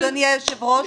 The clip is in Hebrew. אדוני היושב-ראש,